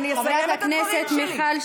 אני אסיים את הדברים שלי.